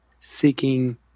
seeking